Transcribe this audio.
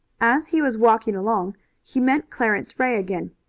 as he was walking along he met clarence ray again,